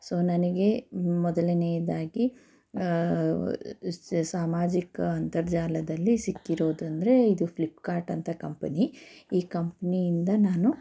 so ನನಗೆ ಮೊದಲನೆಯದಾಗಿ ಸಾಮಾಜಿಕ ಅಂತರ್ಜಾಲದಲ್ಲಿ ಸಿಕ್ಕಿರೋದಂದ್ರೆ ಇದು ಫ್ಲಿಪ್ಕಾರ್ಟ್ ಅಂತ ಕಂಪನಿ ಈ ಕಂಪ್ನಿಯಿಂದ ನಾನು